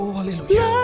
hallelujah